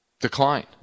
decline